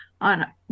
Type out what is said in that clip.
on